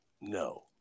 No